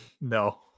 No